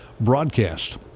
broadcast